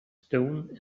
stone